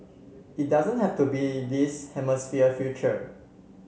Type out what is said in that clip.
it doesn't have to be this hemisphere's future